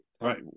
right